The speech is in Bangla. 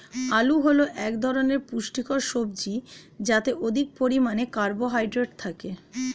আলু হল এক ধরনের পুষ্টিকর সবজি যাতে অধিক পরিমাণে কার্বোহাইড্রেট থাকে